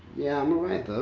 yeah, i'm alright, tho.